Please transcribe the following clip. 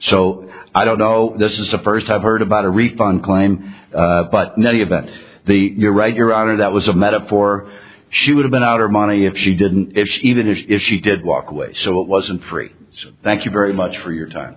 so i don't know this is the first i've heard about a refund claim but many of that the you're right you're out of that was a metaphor she would have been out or money if she didn't even if she did walk away so it wasn't free thank you very much for your time